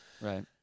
Right